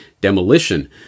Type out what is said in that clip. demolition